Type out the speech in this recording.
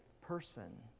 person